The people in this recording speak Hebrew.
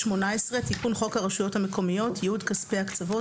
תיקון חוק הרשויות המקומיות (ייעוד כספי הקצבות